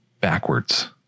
backwards